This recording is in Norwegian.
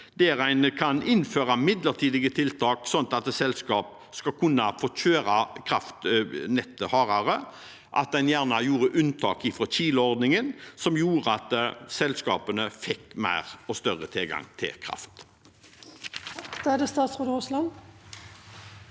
at en innførte midlertidige tiltak slik at selskap kunne kjøre nettet hardere, og at en gjerne gjorde unntak fra KILE-ordningen slik at selskapene fikk mer og større tilgang til kraft.